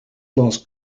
class